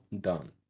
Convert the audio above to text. done